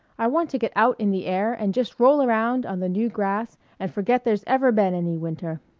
i want to get out in the air and just roll around on the new grass and forget there's ever been any winter.